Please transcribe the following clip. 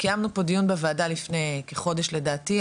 קיימנו פה דיון בוועדה לפני כחודש לדעתי,